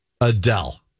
Adele